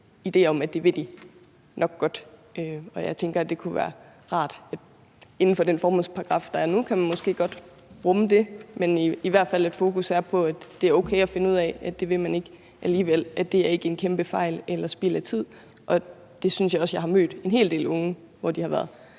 idé om, at det vil de nok godt. Inden for den formålsparagraf, der er nu, kan man måske godt rumme det, men jeg tænker, det kunne være rart, at fokus er på, at det er okay at finde ud af, at det vil man ikke alligevel – at det ikke er en kæmpe fejl eller spild af tid. Jeg synes også, jeg har mødt en hel del unge, der har været